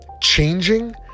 changing